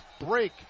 break